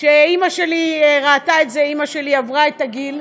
שאימא שלי ראתה את זה, אימא שלי עברה את הגיל,